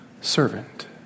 servant